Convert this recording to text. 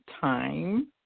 time